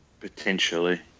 Potentially